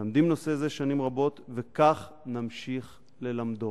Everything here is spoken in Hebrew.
מלמדים נושא זה שנים רבות, וכך נמשיך ללמדו".